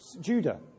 Judah